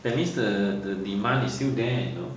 that means the the demand is still there you know